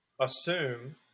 assume